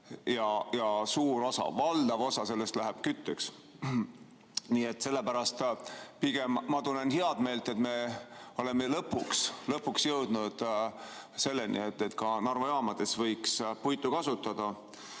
ja suur osa, valdav osa sellest läheb kütteks. Nii et sellepärast ma tunnen pigem heameelt, et oleme lõpuks jõudnud selleni, et ka Narva jaamades võiks puitu kasutada.